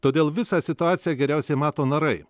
todėl visą situaciją geriausiai mato narai